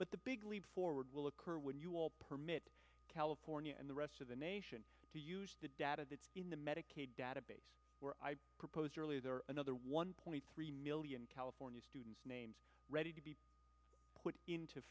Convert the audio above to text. but the big leap forward will occur when you will permit california and the rest of the nation to use the data that's in the medicaid database were proposed earlier there are another one point three million california students names ready to be put into